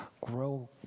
grow